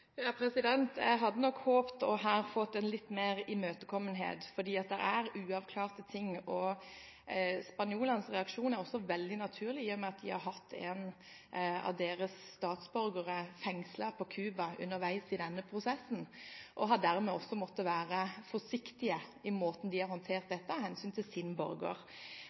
Jeg hadde nok håpet på litt mer imøtekommenhet her, for det er en del som er uavklart. Spanjolenes reaksjon er også veldig naturlig, i og med at de har hatt en av sine statsborgere fengslet på Cuba underveis i denne prosessen, og dermed også har måttet være forsiktige i måten de har håndtert dette på, av hensyn til sin borger.